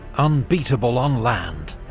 unbeatable on land.